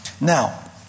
Now